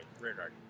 rearguard